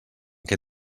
què